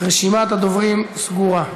רשימת הדוברים סגורה.